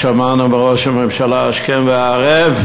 שמענו מראש הממשלה השכם והערב